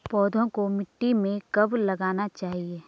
पौधों को मिट्टी में कब लगाना चाहिए?